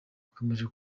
bikomeje